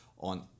on